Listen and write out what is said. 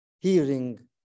hearing